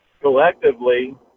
collectively